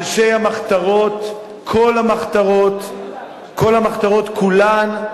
אנשי המחתרות, כל המחתרות, כל המחתרות כולן,